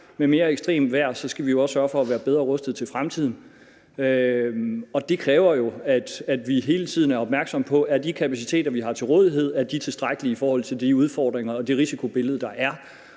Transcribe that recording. med mere ekstremt vejr skal vi jo også sørge for at være bedre rustet til fremtiden, og det kræver, at vi hele tiden er opmærksomme på, om de kapaciteter, vi har til rådighed, er tilstrækkelige i forhold til de udfordringer og det risikobillede, der er.